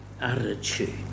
attitude